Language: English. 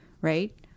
right